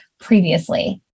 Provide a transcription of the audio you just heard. previously